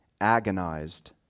agonized